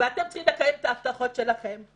ואתם צריכים לקיים את ההבטחות שלכם.